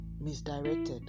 misdirected